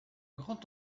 grand